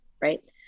right